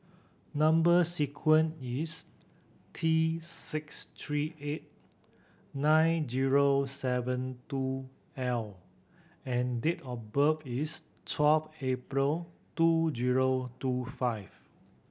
number sequence is T six three eight nine zero seven two L and date of birth is twelve April two zero two five